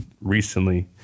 recently